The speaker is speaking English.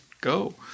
go